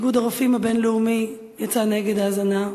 איגוד הרופאים הבין-לאומי יצא נגד ההזנה.